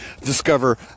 discover